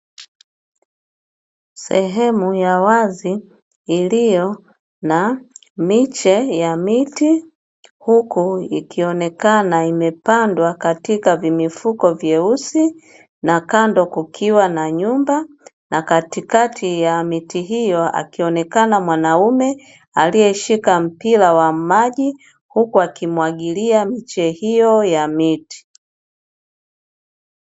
Sehemu ya wazi iliyo na miche ya miti huku ikionekana imepandwa katika vimifuko vyeusi na kando kukiwa na nyumba, na katikati ya miti hiyo akionekana mwanamume aliyeshika mpira wa maji, huku akimwagilia miche hiyo ya miti.